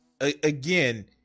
again